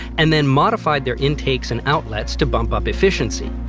and then modified their intakes and outlets to bump up efficiency.